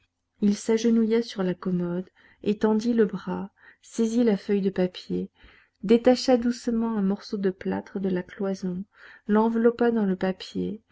il s'agenouilla sur la commode étendit le bras saisit la feuille de papier détacha doucement un morceau de plâtre de la cloison l'enveloppa dans le papier